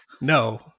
No